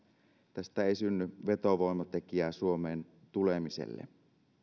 tästä ei synny vetovoimatekijää suomeen tulemiselle